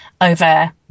over